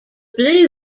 blue